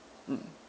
mm